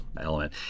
element